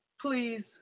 please